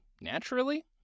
naturally